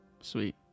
Sweet